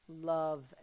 love